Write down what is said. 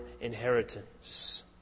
inheritance